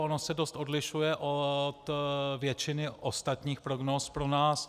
Ono se dost odlišuje od většiny ostatních prognóz pro nás.